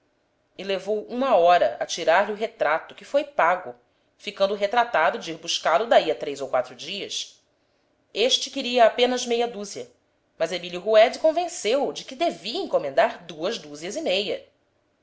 e levou uma hora a tirar-lhe o retrato que foi pago ficando o retratado de ir buscá-lo daí a três ou quatro dias este queria apenas meia dúzia mas emílio rouêde convenceu-o de que devia encomendar duas dúzias